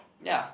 ya